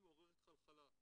מעוררת חלחלה.